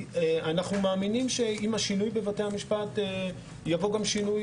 אנחנו מאמינים שעם השינוי בבתי המשפט יבוא גם שינוי